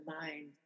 mind